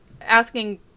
asking